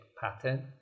pattern